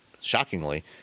shockingly